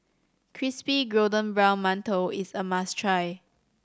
crispy golden brown mantou is a must try